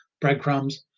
breadcrumbs